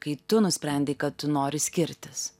kai tu nusprendei kad tu nori skirtis